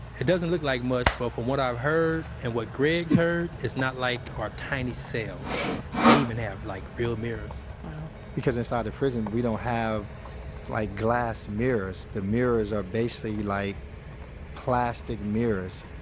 it doesn't look like much but from what i've heard, and what greg's heard, it's not like our tiny cells they even have like real mirrors wow because inside the prison, we don't have like glass mirrors. the mirrors are basically like plastic mirrors.